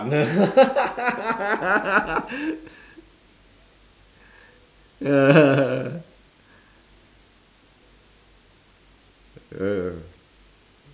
~ner